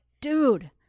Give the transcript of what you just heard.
dude